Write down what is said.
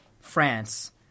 France